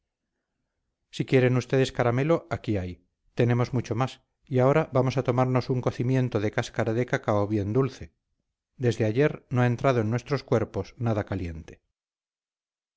si quieren ustedes caramelo aquí hay tenemos mucho más y ahora vamos a tomarnos un cocimiento de cáscara de cacao bien dulce desde ayer no ha entrado en nuestros cuerpos nada caliente